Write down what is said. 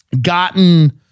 gotten